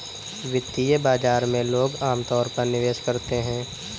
वित्तीय बाजार में लोग अमतौर पर निवेश करते हैं